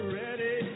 ready